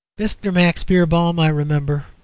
mr. max beerbohm, i remember,